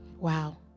Wow